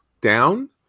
down